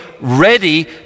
ready